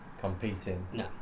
competing